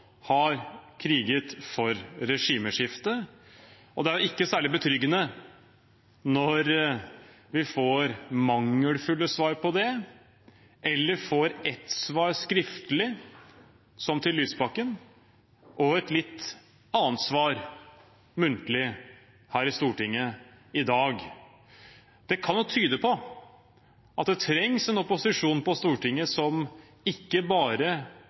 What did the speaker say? har kriget for et regimeskifte. Det er ikke særlig betryggende når vi får mangelfulle svar på det, eller når vi får ett svar skriftlig, som svaret til Lysbakken, og et litt annet svar muntlig her i Stortinget i dag. Det kan tyde på at det trengs en opposisjon på Stortinget som ikke bare